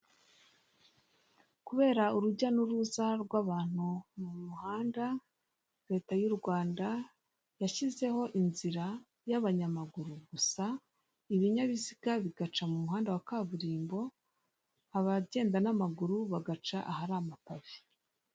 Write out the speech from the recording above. Kubera urujya n'uruza rw'abantu mu muhanda leta y'u Rwanda yashyizeho inzira y'abanyamaguru gusa, ibinyabiziga bigaca mu muhanda wa kaburimbo, abagenda n'amaguru bagaca mu muhanda wamapave.